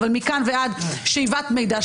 אבל מכאן ועד שאיבת מידע,